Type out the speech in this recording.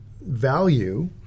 value